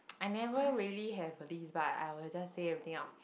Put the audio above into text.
I never really have a list but I will just say everything out